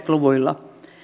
luvuilla